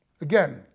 Again